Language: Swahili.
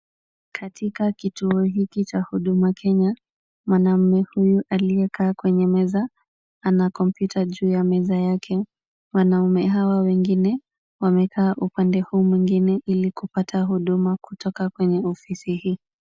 Katika kituo hiki cha huduma Kenya mwanaume huyu aliyekaa kwenye meza ana kompyuta juu ya meza yake, wanaume hawa wengine wamekaa upande huu mwingine ili kupata huduma kutoka kwenye ofisi hii.